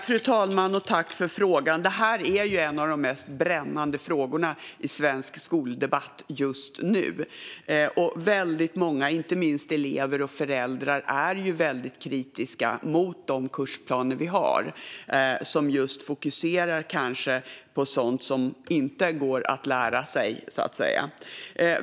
Fru talman! Jag tackar för frågan. Det här är en av de mest brännande frågorna i svensk skoldebatt just nu. Många elever och föräldrar är kritiska mot de kursplaner som fokuserar på sådant som inte går att lära sig - så att säga.